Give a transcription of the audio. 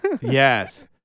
Yes